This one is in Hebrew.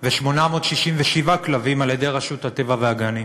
ו-867 כלבים על-ידי רשות הטבע והגנים.